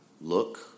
look